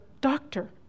doctor